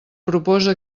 proposa